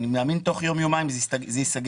אני מאמין שתוך יום-יומיים זה ייסגר,